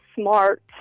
smart